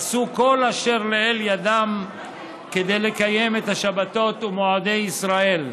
עשו כל אשר לאל ידם כדי לקיים את השבתות ומועדי ישראל.